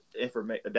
information